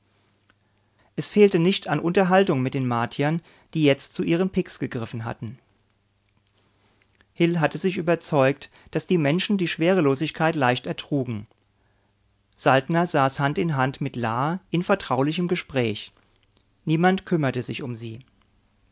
es fehlte nicht an unterhaltung mit den martiern die jetzt zu ihren piks gegriffen hatten hil hatte sich überzeugt daß die menschen die schwerelosigkeit leicht ertrugen saltner saß hand in hand mit la in vertraulichem gespräch niemand kümmerte sich um sie